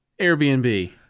Airbnb